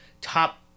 top